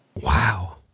Wow